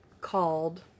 called